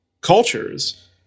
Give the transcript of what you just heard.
cultures